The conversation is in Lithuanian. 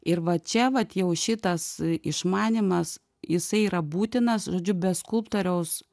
ir va čia vat jau šitas išmanymas jisai yra būtinas žodžiu be skulptoriaus